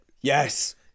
Yes